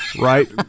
Right